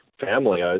family